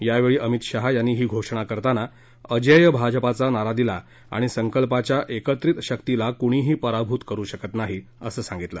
यावेळी अमित शहा यांनी ही घोषणा करतांना अजेय भाजपाचा नारा दिला आणि संकल्पाच्या एकत्रित शक्तीला कुणीही पराभूत करु शकत नाही असं सांगितलं